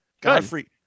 Godfrey